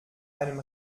einem